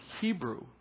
Hebrew